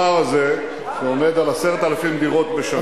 הפער הזה עומד על 10,000 דירות בשנה.